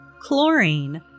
Chlorine